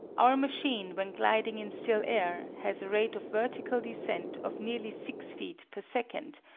our machine, when gliding in still air, has a rate of vertical descent of nearly six feet per second,